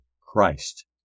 Christ